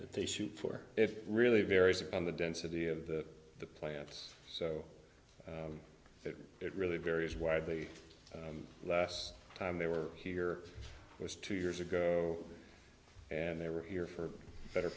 they shoot for it really varies on the density of the the plants so that it really varies widely and last time they were here was two years ago and they were here for a better